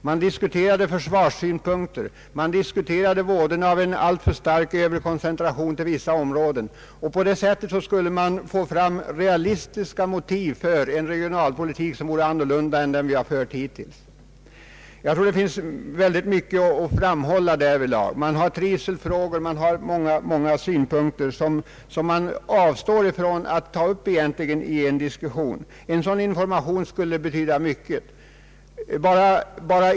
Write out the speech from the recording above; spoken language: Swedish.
Man kunde diskutera försvarssynpunkter, vådorna av en alltför stark överkoncentration till vissa områden o.s.v. På det sättet skulle man få fram realistiska motiv för en regionalpolitik som vore annorlunda än den vi fört hittills. Jag tror att det finns mycket att framhålla därvidlag. En sådan information skulle betyda mycket.